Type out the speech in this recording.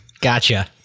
Gotcha